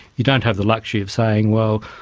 you don't have the luxury of saying, well,